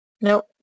Nope